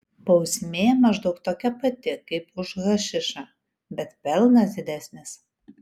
bausmė maždaug tokia pati kaip už hašišą bet pelnas didesnis